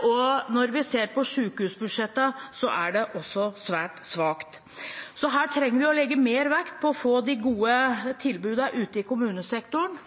Og når vi ser på sykehusbudsjettet, ser vi at også det er svært svakt. Her trenger vi å legge mer vekt på å få de gode tilbudene ute i kommunesektoren.